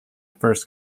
first